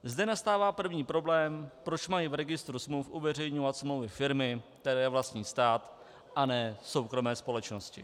Zde nastává první problém proč mají v registru smluv uveřejňovat smlouvy firmy, které vlastní stát, a ne soukromé společnosti.